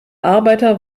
arbeiter